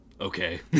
Okay